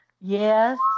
Yes